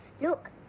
Look